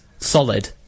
solid